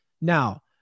Now